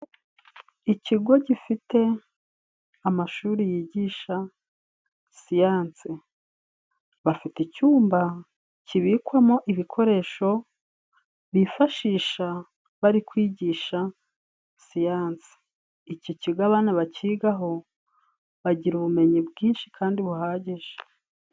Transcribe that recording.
Ikigo gifite amashuri yigisha siyanse, bafite icyumba kibikwamo ibikoresho bifashisha bari kwigisha siyansi. Iki kigo abana bakigaho ,bagira ubumenyi bwinshi kandi buhagije.